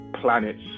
planets